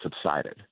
subsided